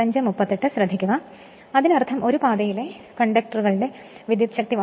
അപ്പോൾ അതിനർത്ഥം ഒരു പാതയിലെ കണ്ടക്ടറുകളുടെ എണ്ണം Z 2 Z A